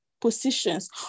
positions